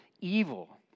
evil